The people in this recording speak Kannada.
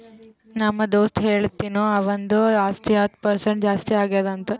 ನಮ್ದು ದೋಸ್ತ ಹೇಳತಿನು ಅವಂದು ಆಸ್ತಿ ಹತ್ತ್ ಪರ್ಸೆಂಟ್ ಜಾಸ್ತಿ ಆಗ್ಯಾದ್ ಅಂತ್